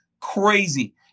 Crazy